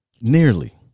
Nearly